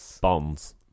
Bonds